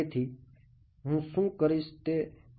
તેથી હું શું કરીશ તે હું